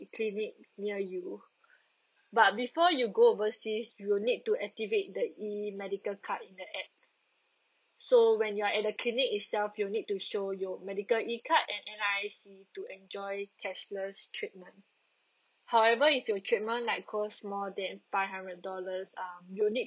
clinic near you but before you go overseas you'll need to activate the E medical card in the app so when you are at the clinic itself you'll need to show your medical E card and N_R_I_C to enjoy cashless treatment however if your treatment like cost more than five hundred dollars um you need